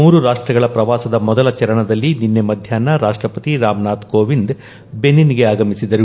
ಮೂರು ರಾಷ್ಟಗಳ ಪ್ರವಾಸದ ಮೊದಲ ಚರಣದಲ್ಲಿ ನಿನ್ನೆ ಮಧ್ಯಾಹ್ನ ರಾಷ್ಟಪತಿ ರಾಮನಾಥ್ ಕೋವಿಂದ್ ಬೆನಿನ್ಗೆ ಆಗಮಿಸಿದರು